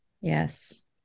Yes